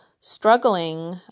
struggling